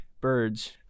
birds